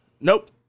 nope